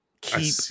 keep